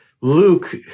Luke